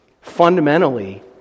fundamentally